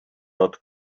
not